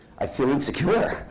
i feel insecure.